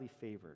favored